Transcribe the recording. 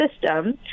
system